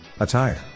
Attire